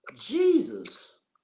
Jesus